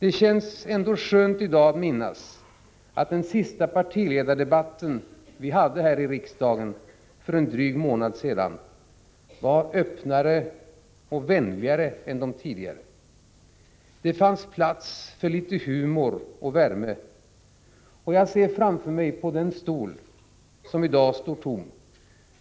Det känns ändå skönt i dag att minnas att den sista partiledardebatten vi hade häri riksdagen för en dryg månad sedan var öppnare och vänligare än de tidigare. Det fanns plats för litet humor och värme och jag ser framför mig, på den stol som i dag står tom,